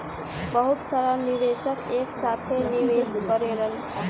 बहुत सारा निवेशक एक साथे निवेश करेलन